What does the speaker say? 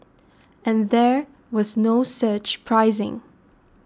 and there was no surge pricing